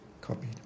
copied